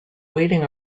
waiting